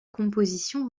composition